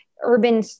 urban